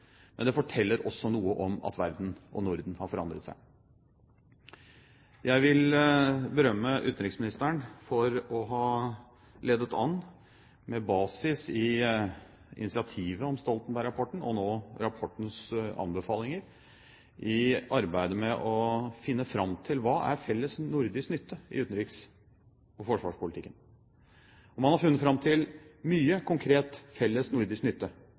men det forteller også noe om at verden og Norden har forandret seg. Jeg vil berømme utenriksministeren for å ha ledet an med basis i initiativet om Stoltenberg-rapporten og nå rapportens anbefalinger i arbeidet med å finne fram til hva er felles nordisk nytte i utenriks- og forsvarspolitikken. Man har funnet fram til mye konkret felles nordisk nytte,